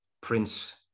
Prince